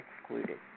excluded